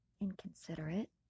inconsiderate